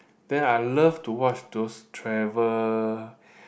then I love to watch those travel